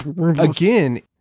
Again